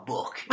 Book